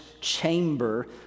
chamber